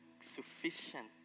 sufficient